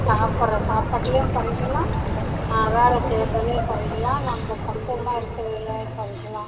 சாப்பிட்ற சாப்பாட்லையும் குறைக்கிலாம் வேலை செய்றதில் குறைக்கிலாம் நம்ப பக்குவமாக இருக்கதில் குறக்கிலாம்